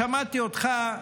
שמעתי אותך,